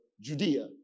Judea